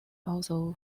also